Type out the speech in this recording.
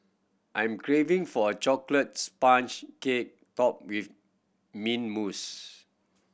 I'm craving for a chocolate sponge cake topped with mint mousse